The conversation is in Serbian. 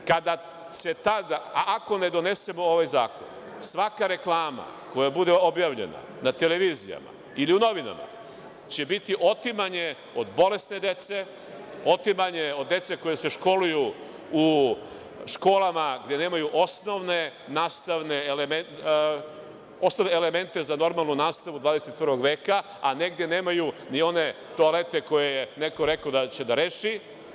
Ako ne donesemo ovaj zakon, svaka reklama koja bude objavljena na televiziji ili u novinama će biti otimanje od bolesne dece, otimanje od dece koja se školuju u školama gde nemaju osnovne nastavne elemente, elemente za normalnu nastavu 21. veka, a negde nemaju ni one toalete koje je neko rekao da će da reši.